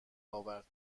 آورد